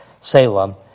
Salem